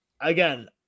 again